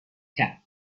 کرد